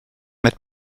met